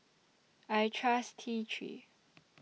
I Trust T three